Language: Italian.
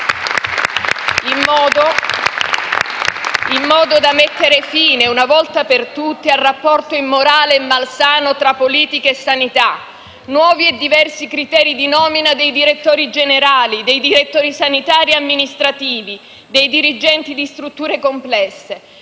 in modo da mettere fine una volta per tutte al rapporto immorale e malsano tra politica e sanità. Prevediamo inoltre nuovi e diversi criteri di nomina dei direttori generali, dei direttori sanitari e amministrativi, dei dirigenti di strutture complesse